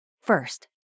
First